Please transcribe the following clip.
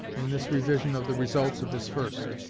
in this revision of the results of his first.